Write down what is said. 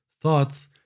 thoughts